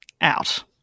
out